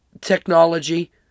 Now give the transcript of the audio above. technology